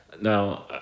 Now